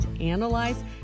analyze